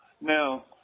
Now